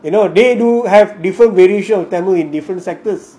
you know they do have different variation of tamil in different sectors